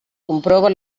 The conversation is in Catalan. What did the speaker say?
comprova